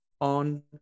on